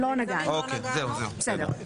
בסדר.